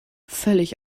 völlig